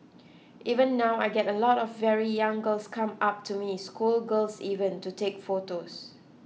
even now I get a lot of very young girls come up to me schoolgirls even to take photos